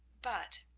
but,